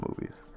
movies